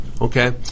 okay